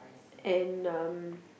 and um